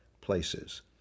places